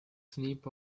snip